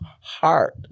heart